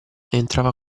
entrava